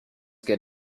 get